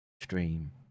stream